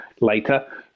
Later